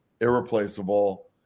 irreplaceable